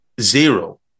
zero